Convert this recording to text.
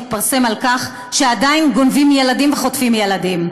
התפרסם שעדיין גונבים ילדים וחוטפים ילדים.